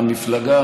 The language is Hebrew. ומפלגת,